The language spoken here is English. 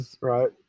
right